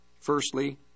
firstly